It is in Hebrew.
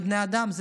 זה בני האדם,